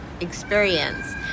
experience